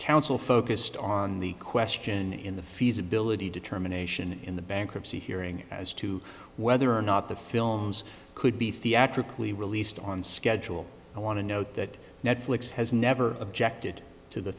counsel focused on the question in the feasibility determination in the bankruptcy hearing as to whether or not the films could be theatrically released on schedule i want to note that netflix has never objected to the